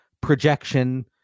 projection